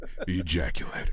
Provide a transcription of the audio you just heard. Ejaculate